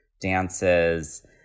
dances